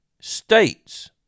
states